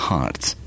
Hearts